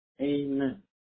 Amen